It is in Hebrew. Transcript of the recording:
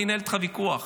אני אנהל איתך ויכוח.